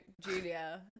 Julia